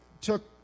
took